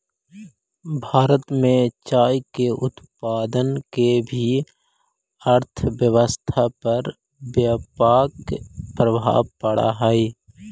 भारत में चाय के उत्पादन के भी अर्थव्यवस्था पर व्यापक प्रभाव पड़ऽ हइ